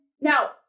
now